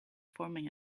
forming